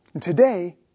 Today